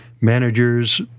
managers